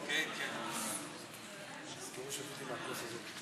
גברתי היושבת-ראש, חברי חברי הכנסת,